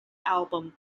album